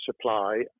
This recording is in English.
supply